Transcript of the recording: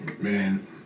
Man